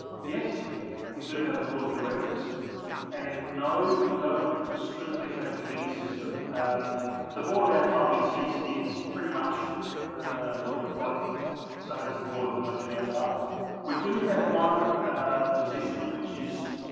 yes we do have a board of directors and no we don't strictly have a committee system um the board of our club is is is pretty much would look like so um the board of almost any other clubs we do have one position which is